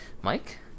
Mike